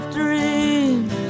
dreams